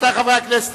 רבותי חברי הכנסת,